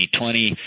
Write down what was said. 2020